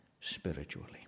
spiritually